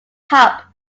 cup